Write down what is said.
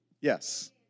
Yes